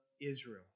Israel